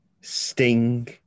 sting